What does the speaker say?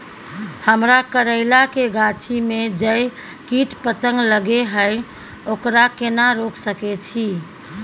हमरा करैला के गाछी में जै कीट पतंग लगे हैं ओकरा केना रोक सके छी?